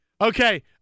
Okay